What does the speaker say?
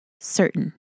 certain